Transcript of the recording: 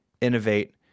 innovate